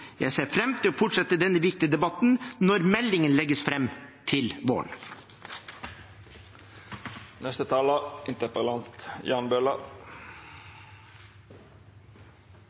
Jeg ser fram til å fortsette denne viktige debatten når meldingen legges fram til våren.